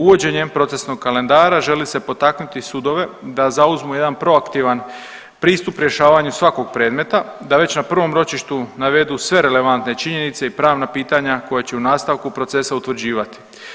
Uvođenjem procesnog kalendara želi se potaknuti sudove da zauzmu jedan proaktivan pristup rješavanju svakog predmeta da već na prvom ročištu navedu sve relevantne činjenice i pravna pitanja koja će u nastavku procesa utvrđivati.